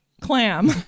clam